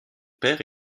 père